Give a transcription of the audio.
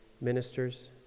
ministers